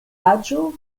aĝo